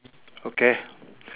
okay